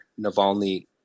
Navalny